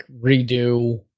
redo